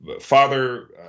father